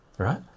Right